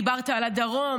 דיברת על הדרום,